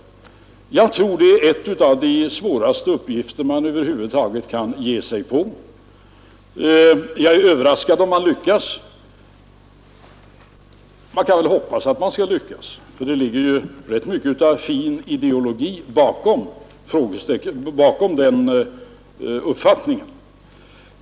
Jag tror att det är en av de svåraste uppgifter man över huvud kan ge sig på. Jag blir överraskad om utredningen lyckas men hoppas i alla fall att den skall lyckas, för det ligger rätt mycket av fin ideologi bakom denna strävan efter dimensionering.